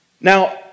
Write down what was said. Now